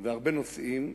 והרבה נושאים,